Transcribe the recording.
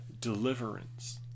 deliverance